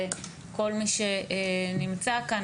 זה כל מי שנמצא כאן.